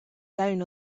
down